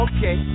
Okay